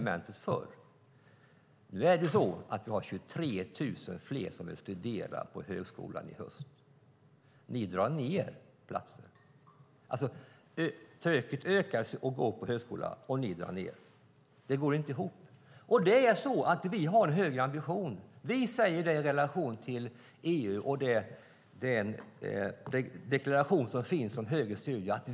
Men nu är det så att vi har 23 000 fler som vill studera på högskolan i höst. Ni drar ned på platserna. Söktrycket på högskolan ökar, men ni drar ned. Det går inte ihop. Vi har en högre ambition. Vi säger det i relation till EU och den deklaration som finns om högre studier.